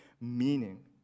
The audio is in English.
meaning